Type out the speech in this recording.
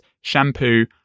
shampoo